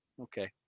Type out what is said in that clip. okay